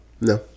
No